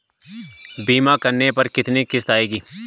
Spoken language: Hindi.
बीमा करने पर कितनी किश्त आएगी?